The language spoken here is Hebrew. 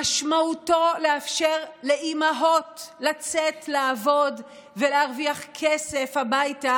משמעותו לאפשר לאימהות לצאת לעבוד ולהרוויח כסף הביתה